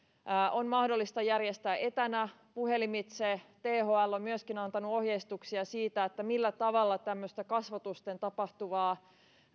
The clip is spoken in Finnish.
on mahdollista järjestää etänä puhelimitse thl on myöskin antanut ohjeistuksia siitä millä tavalla tämmöistä kasvotusten tapahtuvaa konsultaatiota